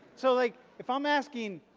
so like if i'm asking,